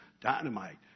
dynamite